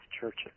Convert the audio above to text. churches